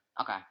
Okay